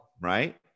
right